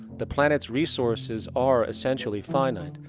the planet's resources are essentially finite.